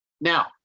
Now